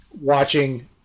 watching